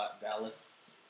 Dallas